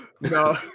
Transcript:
No